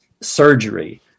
surgery